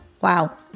Wow